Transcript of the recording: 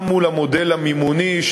גם מול המודל המימוני,